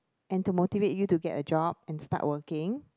and to motivate you to get a job and start working